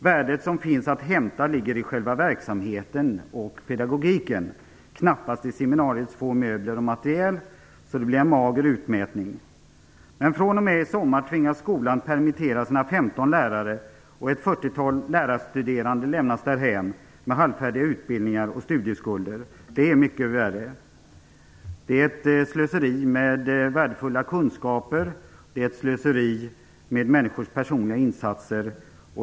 Värdet som finns att hämta ligger i själva verksamheten och pedagogiken, knappast i seminariets få möbler och materiel, så det blir en mager utmätning. Från och med i sommar tvingas skolan permittera sina 15 lärare, och ett fyrtiotal lärarstuderande lämnas därhän med halvfärdiga utbildningar och studieskulder. Det är mycket värre. Det är ett slöseri med värdefulla kunskaper och med människors personliga insatser.